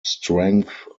strength